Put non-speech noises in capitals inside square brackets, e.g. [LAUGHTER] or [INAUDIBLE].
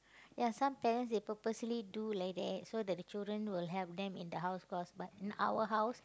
[BREATH] ya some parents they purposely do like that so that the children will help them in the house chores but in our house